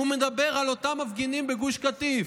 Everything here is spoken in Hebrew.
הוא מדבר על אותם מפגינים בגוש קטיף.